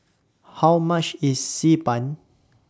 How much IS Xi Ban